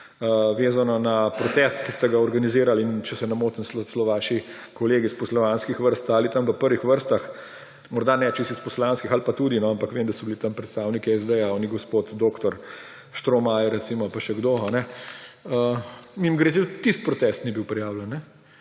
vezano na protest, ki so ga organizirali in če se ne motim, celo vaši kolegi iz poslanskih vrst ali tam v prvih vrstah, morda ne čisto iz poslanskih ali pa tudi no, ampak vem da so bili tam predstavniki SD, gospod dr. Štromajer recimo pa še kdo. Mimogrede, tisti protest ni bil prijavljen.